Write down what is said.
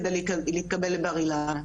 כדי להתקבל לבר אילן.